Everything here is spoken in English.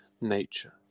nature